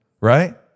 right